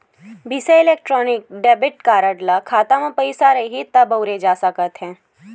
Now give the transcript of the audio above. बिसा electronic debit card ल खाता म पइसा रइही त बउरे जा सकत हे